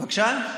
בבקשה?